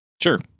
Sure